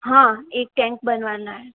हाँ एक टेंक बनवाना है